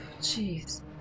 Jeez